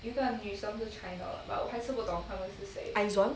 Izone